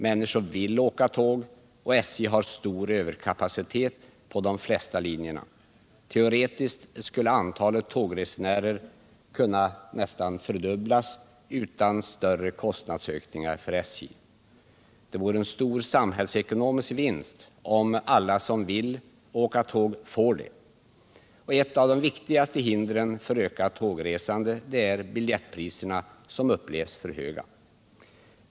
Människor vill åka tåg, och SJ har stor överkapacitet på de flesta linjerna. Teoretiskt skulle antalet tågresenärer kunna nästan fördubblas utan större kostnadsökningar för SJ. Det vore en stor samhällsekonomisk vinst om alla som vill åka tåg kunde få göra det. Ett av de viktigaste hindren för ett ökat tågresande är emellertid biljettpriserna, som upplevs som för höga.